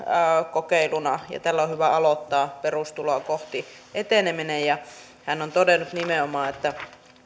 kokeiluna ja tällä on hyvä aloittaa perustuloa kohti eteneminen hän on todennut nimenomaan että